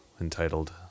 entitled